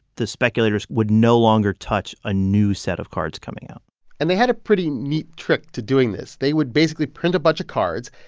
the speculators would no longer touch a new set of cards coming out and they had a pretty neat trick to doing this. they would basically print a bunch of cards,